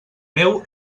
meu